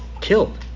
killed